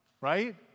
right